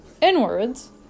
inwards